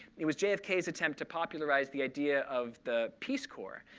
it was jfk's attempt to popularize the idea of the peace corps.